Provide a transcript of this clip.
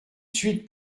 suite